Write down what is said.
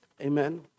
Amen